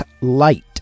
Light